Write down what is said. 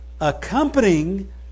accompanying